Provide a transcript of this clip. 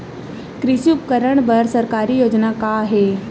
कृषि उपकरण बर सरकारी योजना का का हे?